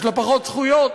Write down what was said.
יש לה פחות זכויות,